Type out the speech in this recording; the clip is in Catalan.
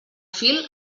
fil